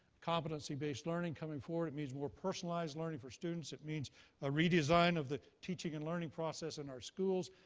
competency-based learning coming forward. it means more personalized learning for students. it means a redesign of the teaching and learning process in our schools.